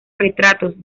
retratos